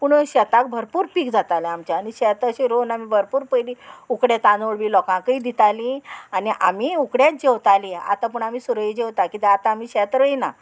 पूण शेतांक भरपूर पीक जातालें आमचें आनी शेत अशें रोवन आमी भरपूर पयलीं उकडें तांदूळ बी लोकांकय दितालीं आनी आमी उकडेच जेवतालीं आतां पूण आमी सुरय जेवता कित्याक आतां आमी शेत रोयना